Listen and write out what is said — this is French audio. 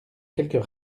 quelques